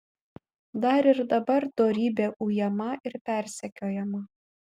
dar ir dabar dorybė ujama ir persekiojama